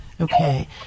Okay